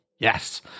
Yes